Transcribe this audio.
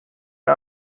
mir